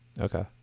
Okay